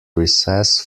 recess